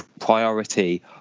priority